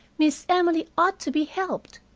miss emily ought to be helped.